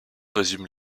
résume